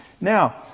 Now